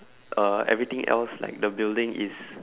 uh everything else like the building is